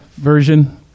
version